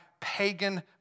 pagan